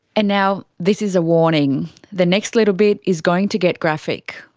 and now this is a warning the next little bit is going to get graphic.